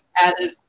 added